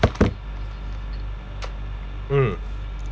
mm